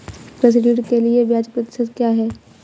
कृषि ऋण के लिए ब्याज प्रतिशत क्या है?